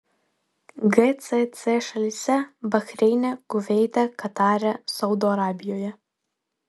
gcc šalyse bahreine kuveite katare saudo arabijoje